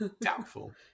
doubtful